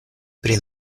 pri